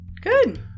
Good